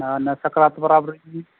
ᱟᱨ ᱚᱱᱟ ᱥᱟᱠᱨᱟᱛ ᱯᱚᱨᱚᱵᱽ ᱨᱮᱜᱮ